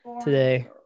today